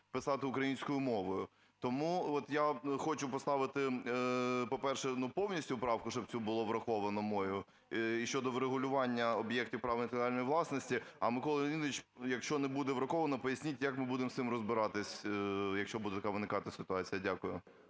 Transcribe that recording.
писати українською мовою. Тому от я хочу поставити, по-перше, ну, повністю правку, щоб цю було враховано мою: щодо врегулювання об'єктів права національної власності. А, Микола Леонідович, якщо не буде враховано, поясніть, як ми будемо з цим розбиратись, якщо буде виникати така ситуація. Дякую.